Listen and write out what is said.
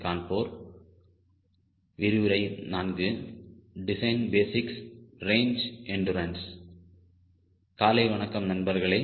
காலை வணக்கம் நண்பர்களே